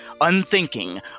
Unthinking